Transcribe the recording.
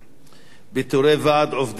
פיטורי ועד עובדי הרכבת,